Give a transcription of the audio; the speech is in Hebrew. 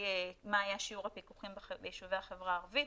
מה היה שיעור הפיקוחים ביישובי החברה הערבית,